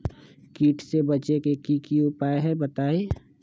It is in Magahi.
कीट से बचे के की उपाय हैं बताई?